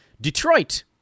Detroit